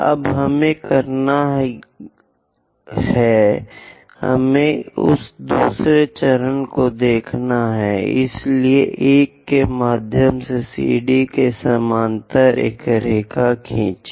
अब हमें करना है हमें उस दूसरे चरण को देखने दें इसलिए 1 के माध्यम से CD के समानांतर एक रेखा खींचें